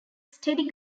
steady